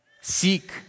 seek